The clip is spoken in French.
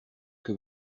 que